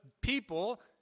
people